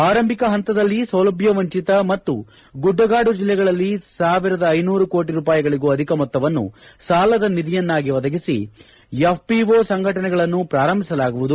ಆರಂಭಿಕ ಹಂತದಲ್ಲಿ ಸೌಲಭ್ಯ ವಂಚಿತ ಮತ್ತು ಗುಡ್ಡಗಾಡು ಜೆಲ್ಲೆಗಳಲ್ಲಿ ಸಾವಿರ ಐನೂರು ಕೋಟ ರೂಪಾಯಿಗಳಿಗೂ ಅಧಿಕ ಮೊತ್ತವನ್ನು ಸಾಲದ ನಿಧಿಯನ್ನಾಗಿ ಒದಗಿಸಿ ಎಫ್ ಪಿ ಓ ಸಂಘಟನೆಗಳನ್ನು ಪೂರಂಭಿಸಲಾಗುವುದು